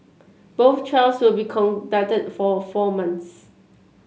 both trials will be conducted for four months